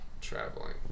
traveling